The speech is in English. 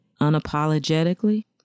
unapologetically